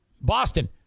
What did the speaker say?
Boston